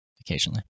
occasionally